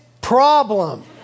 problem